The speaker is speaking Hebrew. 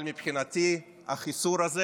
אבל מבחינתי החיסור הזה